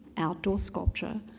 outdoor sculpture,